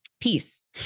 Peace